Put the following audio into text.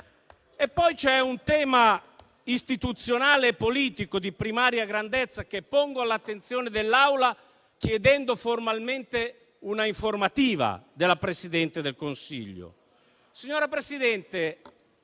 poi un tema istituzionale e politico di primaria grandezza, che pongo all'attenzione dell'Aula, chiedendo formalmente un'informativa della Presidente del Consiglio.